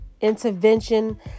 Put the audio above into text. intervention